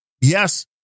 yes